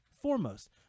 foremost